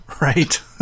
Right